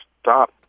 stop